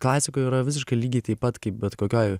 klasikoj yra visiškai lygiai taip pat kaip bet kokioj